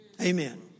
Amen